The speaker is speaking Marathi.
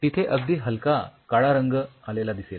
तिथे अगदी हलका काळा रंग आलेला दिसेल